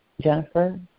Jennifer